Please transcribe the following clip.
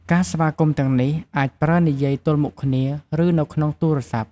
ការស្វាគមន៍ទាំងនេះអាចប្រើនិយាយទល់មុខគ្នា ឬនៅក្នុងទូរសព្ទ។